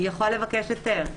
היא יכולה לבקש היתר.